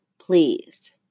Please